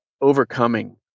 overcoming